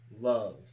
love